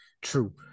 true